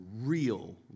real